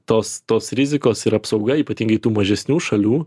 tos tos rizikos ir apsauga ypatingai tų mažesnių šalių